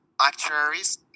actuaries